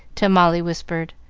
till molly whispered,